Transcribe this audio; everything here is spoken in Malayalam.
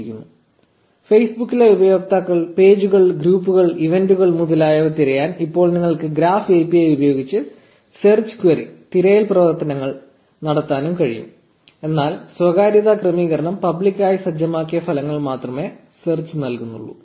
1020 ഫേസ്ബുക്കിലെ ഉപയോക്താക്കൾ പേജുകൾ ഗ്രൂപ്പുകൾ ഇവന്റുകൾ മുതലായവ തിരയാൻ ഇപ്പോൾ നിങ്ങൾക്ക് ഗ്രാഫ് API ഉപയോഗിച്ച് സെർച്ച് ക്വയറി തിരയൽ പ്രവർത്തനങ്ങൾ നടത്താനും കഴിയും എന്നാൽ സ്വകാര്യത ക്രമീകരണം പബ്ലിക്കായി സജ്ജമാക്കിയ ഫലങ്ങൾ മാത്രമേ സെർച്ച് നൽകുന്നുള്ളൂ